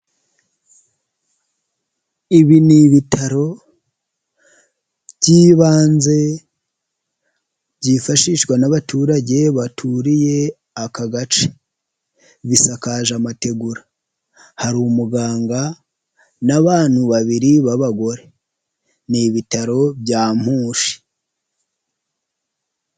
Ibi ni ibitaro by'ibanze byifashishwa n'abaturage baturiye aka gace, bisakaje amategura hari umuganga n'abantu babiri b'abagore ni ibitaro bya Mpushi.